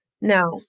Now